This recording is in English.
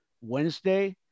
Wednesday